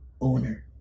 owner